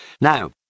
Now